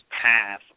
path